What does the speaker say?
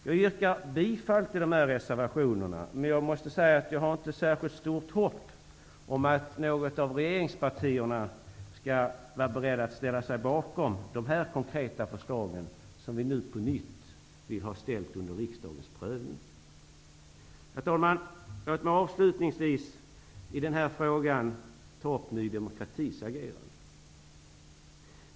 Jag yrkar bifall till de här reservationerna, men jag måste säga att jag har inte särskilt stort hopp om att något av regeringspartierna skall vara berett att ställa sig bakom de konkreta förslag som vi på nytt vill ha ställda under riksdagens prövning. Herr talman! Låt mig avslutningsvis i den här frågan ta upp Ny demokratis agerande.